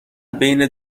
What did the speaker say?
بین